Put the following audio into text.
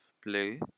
play